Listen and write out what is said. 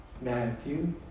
Matthew